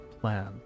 Plan